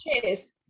cheers